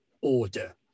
order